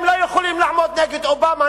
הם לא יכולים לעמוד נגד אובמה,